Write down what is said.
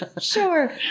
sure